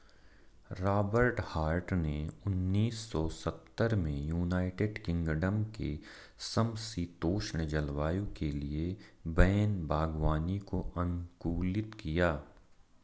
Robert Hart ने उन्नीस सौ सत्तर में यूनाइटेड किंगडम के समषीतोष्ण जलवायु के लिए वैन बागवानी को अनुकूलित किया